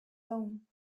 own